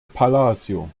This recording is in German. palacio